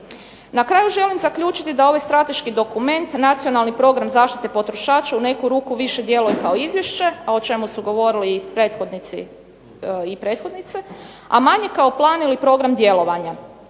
Na kraju želim zaključiti da ovaj strateški dokument Nacionalni program zaštite potrošača u neku ruku više djeluje kao izvješće, a o čemu su govorili i prethodnici i prethodnice, a manje kao plan ili program djelovanja.